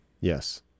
Yes